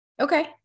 okay